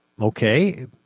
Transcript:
Okay